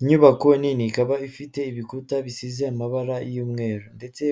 Inyubako nini ikaba ifite ibikuta bisize amabara y'umweru, ndetse